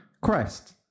Christ